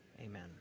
Amen